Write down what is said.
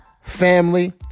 family